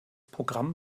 programm